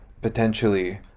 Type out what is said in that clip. potentially